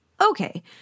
Okay